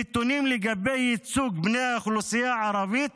נתונים לגבי ייצוג בני האוכלוסייה הערבית